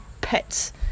pets